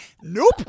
Nope